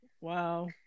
Wow